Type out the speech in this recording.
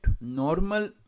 normal